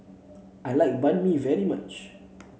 I like Banh Mi very much